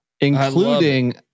including